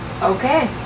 Okay